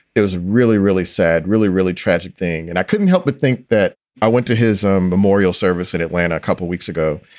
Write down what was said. it was really, really sad, really, really tragic thing. and i couldn't help but think that i went to his um memorial service in atlanta a couple of weeks ago.